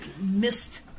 missed